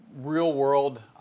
real-world